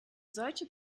solche